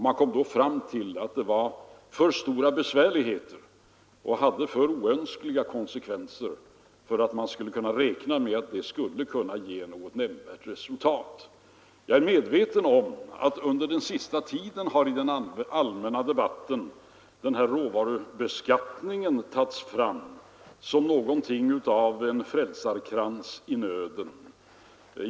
Man kom då fram till att den innebar för stora besvärligheter och oönskade konsekvenser för att man skulle kunna räkna med att den skulle ge något nämnvärt resultat. Jag är medveten om att under den senaste tiden har i den allmänna debatten råvarubeskattningen tagits fram som någonting av en frälsarkrans i nöden.